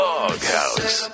Doghouse